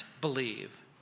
believe